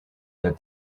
that